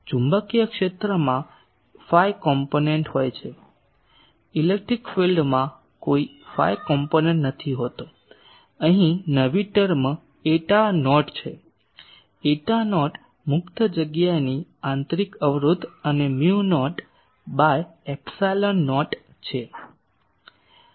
ચુંબકીય ક્ષેત્રમાં ફાઇ ઘટકો હોય છે ઇલેક્ટ્રિક ફીલ્ડમાં કોઈ ફાઈ ઘટકો નથી હોતો અહીં નવી ટર્મ એટા નોટ છે એટા નોટ મુક્ત જગ્યાની આંતરિક અવરોધ અને mu naught by epsilon naught છે